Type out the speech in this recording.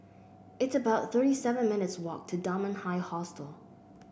it's about thirty seven minutes' walk to Dunman High Hostel